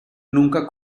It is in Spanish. nunca